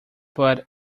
but